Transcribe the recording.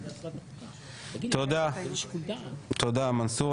תודה, מנסור.